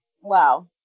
Wow